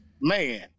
man